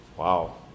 Wow